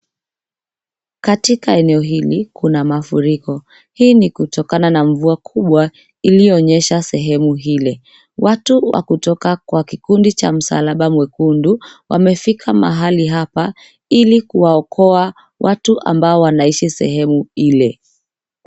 Katika eneo hili kuna mafuriko. Hii ni kutokana na mvua kubwa iliyonyesha sehemu ile. Watu wa kutoka kwa kikundi cha msalaba mwekundu wamefika mahali hapa ili kuwaokoa watu amabo wanaishi sehemu ile.